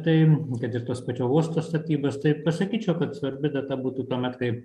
tai kad ir tos pačio uosto statybos tai pasakyčiau kad svarbi data būtų tuomet kai